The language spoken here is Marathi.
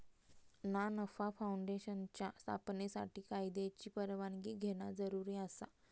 ना नफा फाऊंडेशनच्या स्थापनेसाठी कायद्याची परवानगी घेणा जरुरी आसा